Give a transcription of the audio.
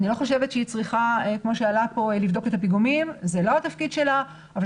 אני לא חושבת שהיא צריכה לבדוק את הפיגומים זה לא התפקיד שלה אבל